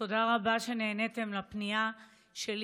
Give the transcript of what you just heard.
תודה רבה שנעניתם לפנייה שלי.